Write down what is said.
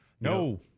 No